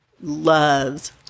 loves